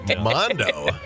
Mondo